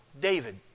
David